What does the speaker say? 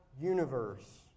universe